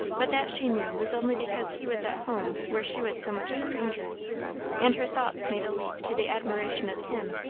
but that, she knew, was only because he was at home where she was so much a stranger and her thoughts made a leap to the admiration of him,